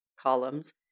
columns